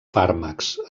fàrmacs